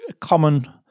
common